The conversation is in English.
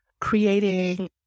creating